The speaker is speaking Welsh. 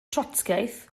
trotscïaeth